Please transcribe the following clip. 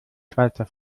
schweizer